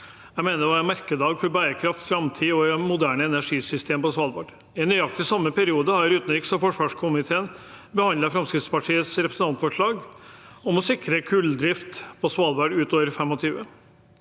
Jeg mener det var en merkedag for bærekraft, framtid og moderne energisystem på Svalbard. I nøyaktig samme periode har utenriks- og forsvarskomiteen behandlet Fremskrittspartiets representantforslag om å sikre kulldrift på Svalbard ut 2025.